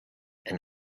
and